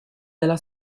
della